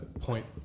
point